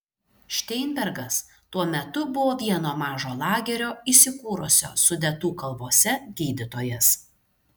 šteinbergas tuo metu buvo vieno mažo lagerio įsikūrusio sudetų kalvose gydytojas